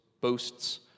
boasts